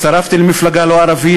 הצטרפתי למפלגה לא ערבית,